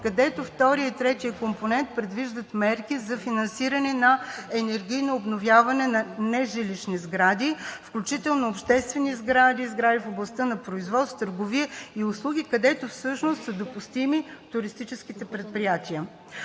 където вторият и третият компонент предвиждат мерки за финансиране на енергийно обновяване на нежилищни сгради, включително обществени сгради, сгради в областта на производството, търговията и услугите, където всъщност са допустими туристическите предприятия.